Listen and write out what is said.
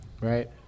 Right